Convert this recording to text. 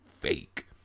fake